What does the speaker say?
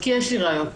כי יש לי ראיות.